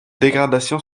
dégradation